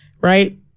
Right